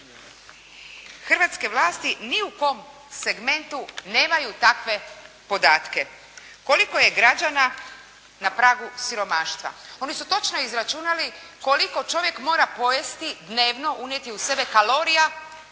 hrvatske vlasti ni u kom segmentu nemaju takve podatke, koliko je građana na pragu siromaštva. Oni su točno izračunali koliko čovjek mora pojesti dnevno, unijeti u sebe kalorija